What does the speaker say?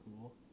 cool